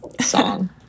song